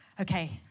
Okay